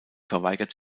verweigert